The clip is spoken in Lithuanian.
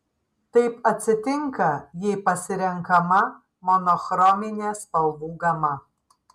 taip atsitinka jei pasirenkama monochrominė spalvų gama